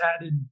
added